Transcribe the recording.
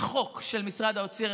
החוק של משרד האוצר,